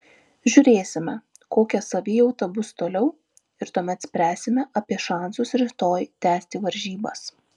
žiūrėsime kokia savijauta bus toliau ir tuomet spręsime apie šansus rytoj tęsti varžybas